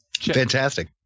Fantastic